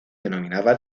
denominaba